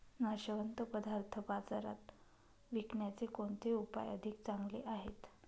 नाशवंत पदार्थ बाजारात विकण्याचे कोणते उपाय अधिक चांगले आहेत?